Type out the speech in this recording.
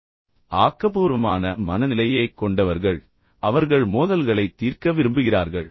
இப்போது ஆக்கபூர்வமான மனநிலையைக் கொண்டவர்கள் அவர்கள் உயர்ந்த செயல்திறன் கொண்டவர்கள் அவர்கள் மோதல்களை மோதல்களை தீர்க்க விரும்புகிறார்கள்